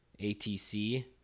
ATC